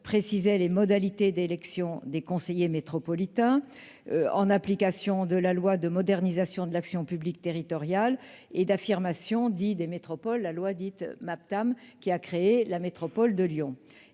précisait les modalités d'élection des conseillers métropolitains, en application de la loi du 27 janvier 2014 de modernisation de l'action publique territoriale et d'affirmation des métropoles, dite loi Maptam, qui a créé la métropole de Lyon.